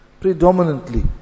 predominantly